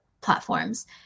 platforms